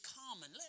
common